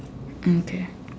okay